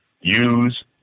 Use